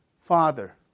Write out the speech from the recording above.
father